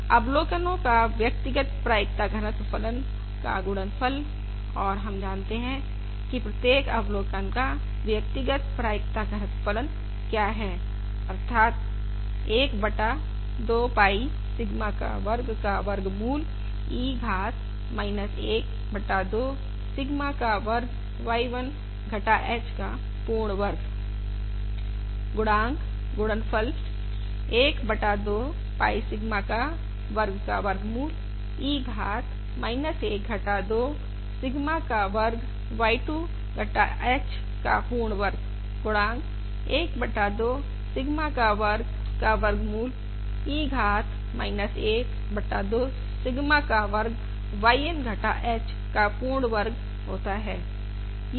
अवलोकनो का पृथक पृथक प्रायिकता घनत्व फलन का गुणनफल और हम जानते हैं की प्रत्येक अवलोकन का पृथक पृथक प्रायिकता घनत्व फलन क्या है अर्थात 1 बटा 2 पाई सिग्मा का वर्ग का वर्गमूल e घात 1 बटा 2 सिग्मा का वर्ग y1 घटा h का पूर्ण वर्ग गुणांक गुणनफल 1 बटा 2 पाई सिग्मा का वर्ग का वर्गमूल e घात 1 बटा 2 सिग्मा का वर्ग y2 घटा h का पूर्ण वर्ग गुणांक 1 बटा 2 पाई सिग्मा का वर्ग का वर्गमूल e घात 1 बटा 2 सिग्मा का वर्ग yN घटा h का पूर्ण वर्ग होता है